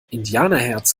indianerherz